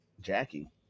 Jackie